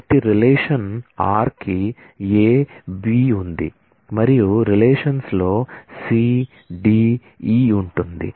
కాబట్టి relation r కి A B ఉంది మరియు రిలేషన్స్ లో C D E ఉంటుంది